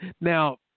Now